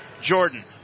Jordan